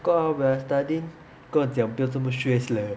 when I studying 跟我讲不要这么 stress leh